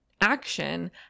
action